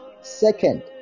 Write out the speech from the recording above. Second